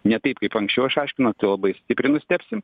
ne taip kaip anksčiau išaiškino tai labai stipriai nustebsim